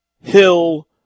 Hill